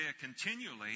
continually